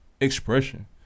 Expression